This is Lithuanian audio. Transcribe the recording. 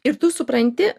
ir tu supranti